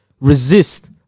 resist